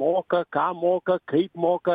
moka ką moka kaip moka